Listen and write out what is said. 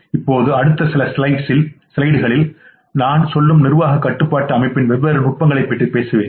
இப்போது அடுத்த சில ஸ்லைடுகளில் நான் சொல்லும் நிர்வாக கட்டுப்பாட்டு அமைப்பின் வெவ்வேறு நுட்பங்களைப் பற்றி பேசுவேன்